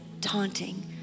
taunting